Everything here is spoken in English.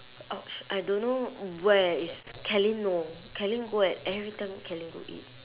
!ouch! I don't know where is kelene know kelene go and everytime kelene go eat